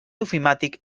ofimàtic